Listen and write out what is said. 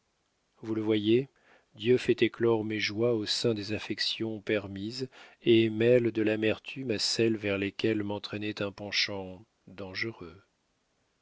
vous le voyez dieu fait éclore mes joies au sein des affections permises et mêle de l'amertume à celles vers lesquelles m'entraînait un penchant dangereux